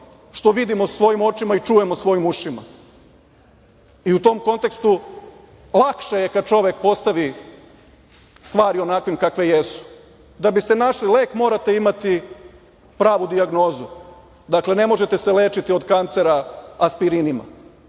što vidimo svojim očima i čujemo svojim ušima.U tom kontekstu, lakše je kad čovek postavi stvari onakvim kakve jesu. Da bi ste našli lek, morate imati pravu dijagnozu. Dakle, ne možete se lečiti od kancera aspirinima,